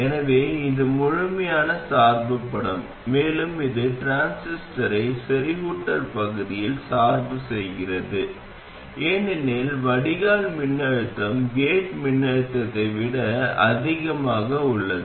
எனவே இது முழுமையான சார்பு படம் மேலும் இது டிரான்சிஸ்டரை செறிவூட்டல் பகுதியில் சார்பு செய்கிறது ஏனெனில் வடிகால் மின்னழுத்தம் கேட் மின்னழுத்தத்தை விட அதிகமாக உள்ளது